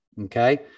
Okay